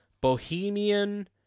Bohemian